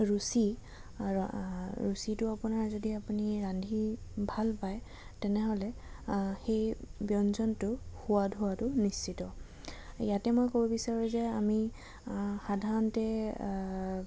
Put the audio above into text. ৰুচি ৰুচিটো আপোনাৰ যদি আপুনি ৰান্ধি ভাল পায় তেনেহ'লে সেই ব্যঞ্জনটো সোৱাদ হোৱাটো নিশ্চিত ইয়াতে মই ক'ব বিচাৰোঁ যে আমি সাধাৰণতে